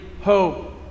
hope